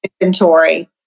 inventory